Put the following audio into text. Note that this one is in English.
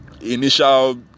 initial